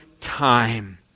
time